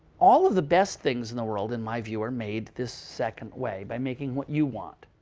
all of the best things in the world, in my view, are made this second way by making what you want.